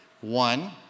one